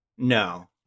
No